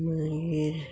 मागीर